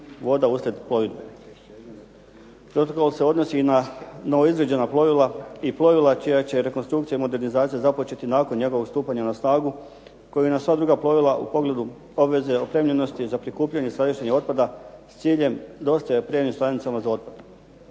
Protokol se odnosi i na novoizrađena plovila i plovila čija će rekonstrukcija i modernizacija započeti nakon njegovog stupanja na snagu kao i na sva druga plovila u pogledu obveze opremljenosti za prikupljanje i skladištenje otpada s ciljem .../Govornik se ne razumije./... za otpad.